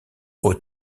aux